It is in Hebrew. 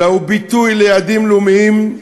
אלא הוא ביטוי ליעדים לאומיים,